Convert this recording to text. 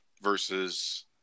versus